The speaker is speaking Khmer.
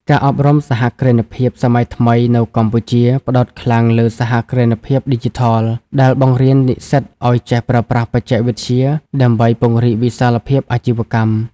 ការអប់រំសហគ្រិនភាពសម័យថ្មីនៅកម្ពុជា ផ្ដោតខ្លាំងលើ "សហគ្រិនភាពឌីជីថល" ដែលបង្រៀននិស្សិតឱ្យចេះប្រើប្រាស់បច្ចេកវិទ្យាដើម្បីពង្រីកវិសាលភាពអាជីវកម្ម។